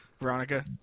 Veronica